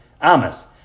amas